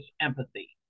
empathy